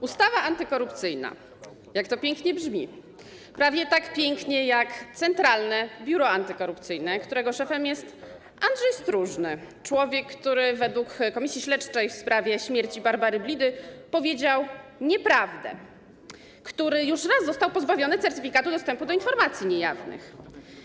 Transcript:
Ustawa antykorupcyjna - jak to pięknie brzmi, prawie tak pięknie jak Centralne Biuro Antykorupcyjne, którego szefem jest Andrzej Stróżny, człowiek, który według komisji śledczej w sprawie śmierci Barbary Blidy powiedział nieprawdę, który już raz został pozbawiony certyfikatu dostępu do informacji niejawnych.